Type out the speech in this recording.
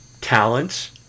talents